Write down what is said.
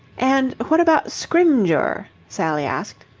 and what about scrymgeour? sally asked.